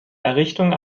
errichtung